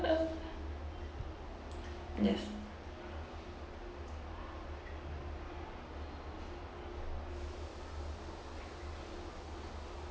yes